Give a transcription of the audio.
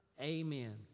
amen